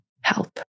help